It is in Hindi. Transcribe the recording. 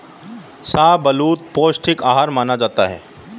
शाहबलूत पौस्टिक आहार माना जाता है